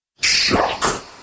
Shock